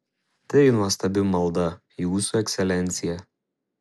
tai nuostabi malda jūsų ekscelencija